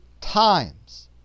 times